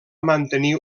mantenir